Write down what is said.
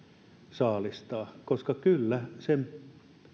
saalistaa koska kyllä